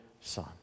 Son